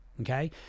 okay